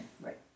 Right